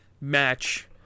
match